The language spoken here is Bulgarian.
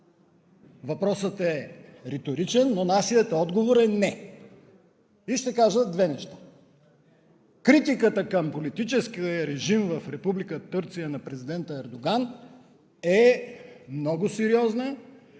Въпросът е риторичен, но нашият отговор е – не. Ще кажа две неща. Критиката към политическия режим в Република Турция на президента Ердоган е много сериозна